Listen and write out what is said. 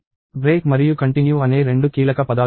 break మరియు continue అనే రెండు కీలక పదాలు ఉన్నాయి